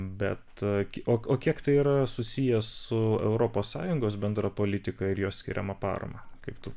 bet kiek o kiek tai yra susiję su europos sąjungos bendra politika ir jos skiriama parama kaip tu